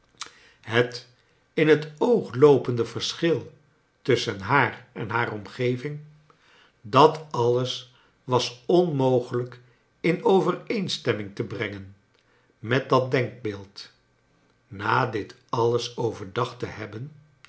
bet in t oog loopende verschil tusschen haar en haar omgeving dat alles was onmogelijk in overeenstemming te brengen met dat denkbeeld na dit alles overdacbt te bebben